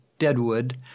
Deadwood